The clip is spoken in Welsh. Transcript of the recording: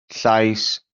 llais